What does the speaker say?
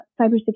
cybersecurity